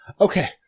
okay